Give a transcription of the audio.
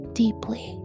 deeply